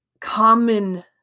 common